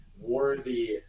worthy